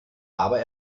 aber